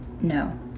No